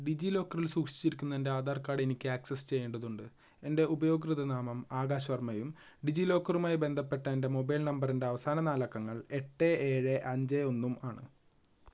ഡിജി ലോക്കറിൽ സൂക്ഷിച്ചിരിക്കുന്ന എൻ്റെ ആധാർ കാർഡെനിക്ക് ആക്സസ് ചെയ്യേണ്ടതുണ്ട് എൻ്റെ ഉപയോക്തൃനാമം ആകാശ് വർമ്മ ഉം ഡിജിലോക്കറുമായി ബന്ധപ്പെട്ട എൻ്റെ മൊബൈൽ നമ്പറിൻ്റെ അവസാന നാല് അക്കങ്ങൾ എട്ട് ഏഴ് അഞ്ച് ഒന്നും ആണ്